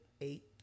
eight